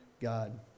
God